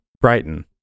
brighton